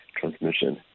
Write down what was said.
transmission